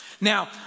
Now